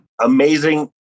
amazing